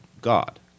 God